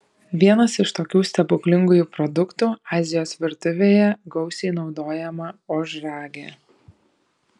vienas iš tokių stebuklingųjų produktų azijos virtuvėje gausiai naudojama ožragė